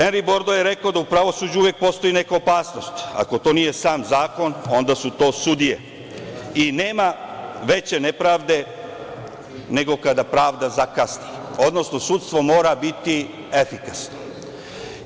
Henri Bordo je rekao da u pravosuđu uvek postoji neka opasnost, ako to nije sam zakon, onda su to sudije i nema veće nepravde nego kada pravda zakasni, odnosno sudstvo mora biti efikasno.